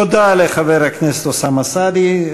תודה לחבר הכנסת אוסאמה סעדי.